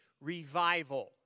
revival